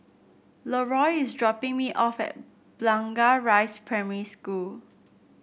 Leroy is dropping me off at Blangah Rise Primary School